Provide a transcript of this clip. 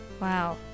Wow